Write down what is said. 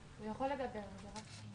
אנחנו גם חותרים לסיכום.